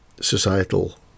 societal